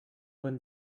when